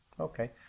Okay